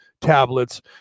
tablets